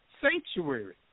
sanctuary